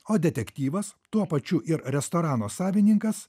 o detektyvas tuo pačiu ir restorano savininkas